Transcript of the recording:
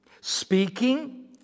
speaking